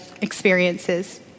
experiences